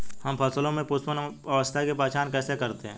हम फसलों में पुष्पन अवस्था की पहचान कैसे करते हैं?